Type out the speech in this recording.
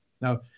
now